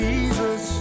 Jesus